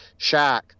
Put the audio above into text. Shaq